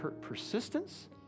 Persistence